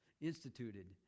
instituted